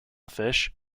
fish